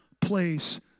place